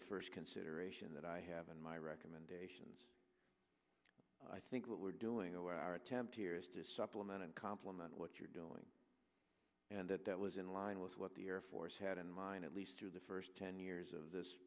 the first consideration that i have in my recommendations i think what we're doing or our attempt here is to supplement and complement what you're doing and that that was in line with what the air force had in mind at least through the first ten years of this